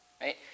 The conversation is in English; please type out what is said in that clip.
Right